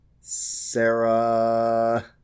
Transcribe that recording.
Sarah